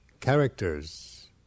characters